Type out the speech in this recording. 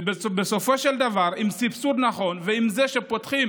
ובסופו של דבר, עם סבסוד נכון, ועם זה שפותחים